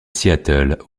seattle